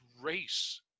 race